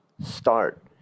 start